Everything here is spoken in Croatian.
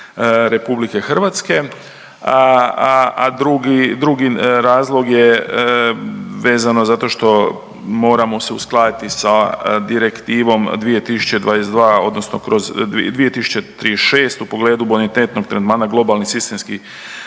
Republike Hrvatske, a drugi razlog je vezano zato što moramo se uskladiti sa Direktivom 2022. odnosno 2036 u pogledu bonitetnog tretmana globalnih sistemskih